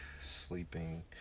sleeping